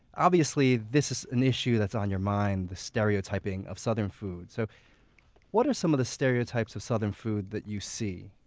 obviously, this is an issue that's on your mind, the stereotyping of southern food. so what are some of the stereotypes of southern food that you see?